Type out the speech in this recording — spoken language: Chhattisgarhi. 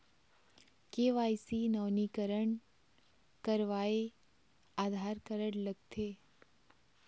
के.वाई.सी नवीनीकरण करवाये आधार कारड लगथे?